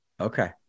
Okay